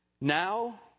Now